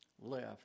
left